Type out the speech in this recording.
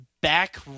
back